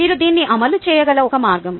మీరు దీన్ని అమలు చేయగల ఒక మార్గం